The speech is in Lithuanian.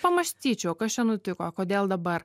pamąstyčiau kas čia nutiko kodėl dabar